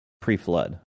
pre-flood